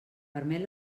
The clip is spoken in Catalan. permet